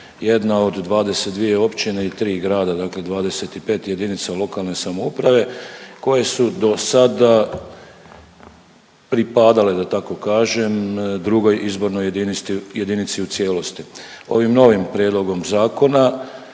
Jedna od 22 općine i 3 grada, dakle 25 jedinica lokalne samouprave koje su dosada pripadale da tako kažem II. izbornoj jedinici u cijelosti. Ovim novim prijedlogom zakona